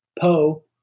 Poe